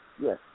yes